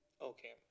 Okay